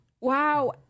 Wow